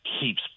keeps